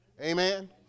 Amen